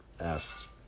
asked